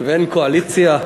ואין קואליציה.